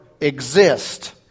exist